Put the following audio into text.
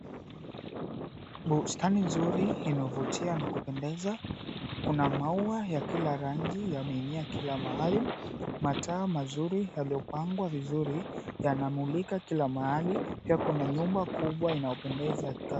Bustani nzuri inayovutia na kupendeza, kuna maua ya kila rangi yameenea kila mahali, mataa mazuri yaliyopangwa vizuri yanamulika kila mahali, pia kuna nyumba kubwa inayopendeza.